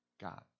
God